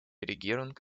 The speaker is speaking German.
regierung